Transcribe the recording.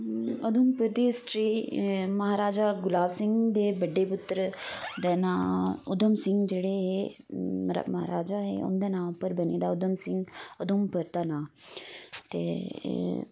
उधमपुर दी हिस्ट्री महाराजा गुलाबसिंह दे बडे पुत्तर दे नां उधमसिंह जेहड़ा महाराजा है उंदे नां उप्पर बनी दा उधमसिंह उधमपुर दा नां ते एह्